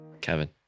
Kevin